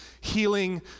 healing